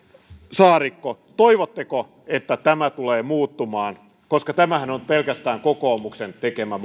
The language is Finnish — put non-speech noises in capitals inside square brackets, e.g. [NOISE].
saarikko toivotteko että tämä tulee muuttumaan koska tämähän on pelkästään kokoomuksen tekemä [UNINTELLIGIBLE]